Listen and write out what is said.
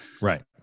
Right